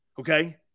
okay